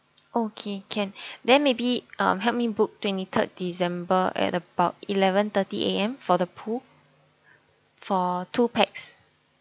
okay can then maybe um help me book twenty third december at about eleven thirty A_M for the pool for two pax